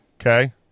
Okay